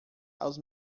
aos